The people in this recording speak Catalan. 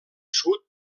sud